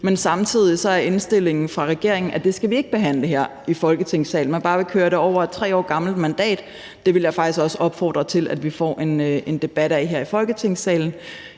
men samtidig er indstillingen fra regeringen, at det skal vi ikke behandle her i Folketingssalen, og at man bare vil køre det over et 3 år gammelt mandat. Det vil jeg faktisk også opfordre til vi får en debat om her i Folketingssalen,